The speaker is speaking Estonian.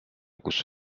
kus